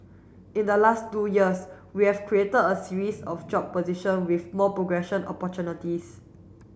in the last two years we've created a series of job position with more progression opportunities